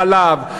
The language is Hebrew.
חלב,